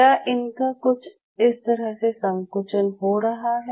क्या इनका कुछ इस तरह से संकुचन हो रहा है